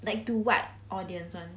like to what audience [one]